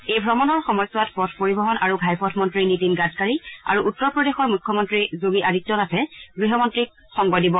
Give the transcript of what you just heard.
এই ভ্ৰমণৰ সময়ছোৱাত পথ পৰিবহণ আৰু ঘাইপথ মন্ত্ৰী নীতিন গাডকাৰী আৰু উত্তৰ প্ৰদেশৰ মুখ্যমন্ত্ৰী যোগী আদিত্য নাথে গৃহমন্ত্ৰীক সংগ দিব